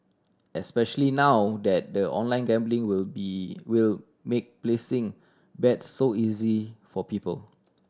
especially now that the online gambling will be will make placing bets so easy for people